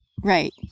Right